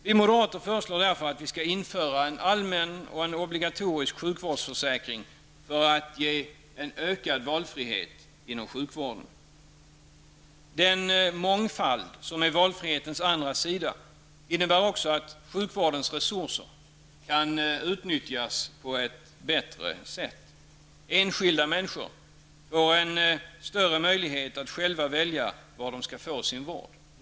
Vi moderater föreslår därför att vi skall införa en allmän och obligatorisk sjukvårdsförsäkring för att ge ökad valfrihet inom sjukvården. Den mångfald som är valfrihetens andra sida innebär också att sjukvårdens resurser kan utnyttjas på ett bättre sätt. Enskilda människor kan få större möjlighet att själva välja var de skall få sin vård.